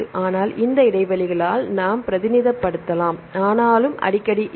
ஆனால் இந்த இடைவெளிகளால் நாம் பிரதிநிதித்துவப்படுத்தலாம் ஆனாலும் அடிக்கடி இல்லை